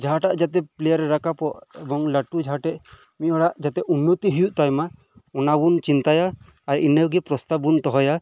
ᱡᱟᱦᱟᱸᱴᱟᱜ ᱡᱟᱛᱮ ᱯᱞᱮᱭᱟᱨ ᱮ ᱨᱟᱠᱟᱵᱚᱜ ᱮᱵᱚᱝ ᱞᱟᱴᱩ ᱡᱟᱦᱟᱸᱴᱷᱮᱱ ᱢᱤᱫ ᱦᱚᱲᱟᱜ ᱡᱟᱛᱮ ᱩᱱᱱᱚᱛᱤ ᱦᱳᱭᱳᱜ ᱛᱟᱭ ᱢᱟ ᱚᱱᱟ ᱵᱚᱱ ᱪᱤᱱᱛᱟᱭᱟ ᱟᱨ ᱤᱱᱟᱹᱜᱮ ᱯᱨᱚᱥᱛᱟᱵᱽ ᱵᱚᱱ ᱫᱚᱦᱚᱭᱟ